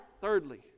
thirdly